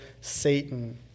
Satan